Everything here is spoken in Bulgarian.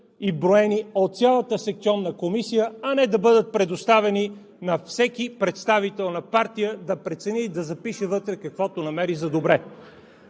и броени от цялата секционна комисия, а не да бъдат предоставени на всеки представител на партия да прецени и да запише вътре каквото намери за добре.